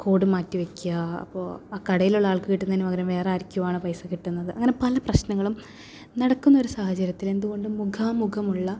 code മാറ്റിവെക്കുക അപ്പോൾ കടയിലുള്ള ആൾക്ക് കിട്ടുന്നതിന് പകരം വേറെ ആർക്കോ ആണ് പൈസ കിട്ടുന്നത് അങ്ങനെ പല പ്രശ്നങ്ങളും നടക്കുന്ന ഒരു സാഹചര്യത്തിൽ എന്ത് കൊണ്ടും മുഖാ മുഖമുള്ള